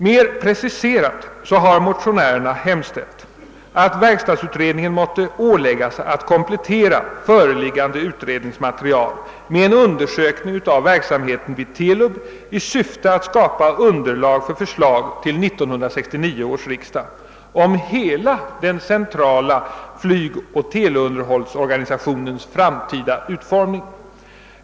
Mer preciserat har motionärerna hemställt att verkstadsutredningen måtte åläggas att komplettera föreliggande utredningsmaterial med en undersökning av verksamheten vid TELUB i syfte att skapa underlag för förslag till 1969 års riksdag om hela den centrala flygoch teleunderhållsorganisationens framtida utformning.